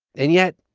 and yet,